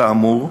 כאמור,